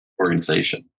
organization